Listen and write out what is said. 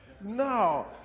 No